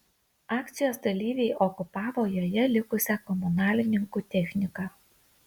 akcijos dalyviai okupavo joje likusią komunalininkų techniką